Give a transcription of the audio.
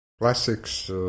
classics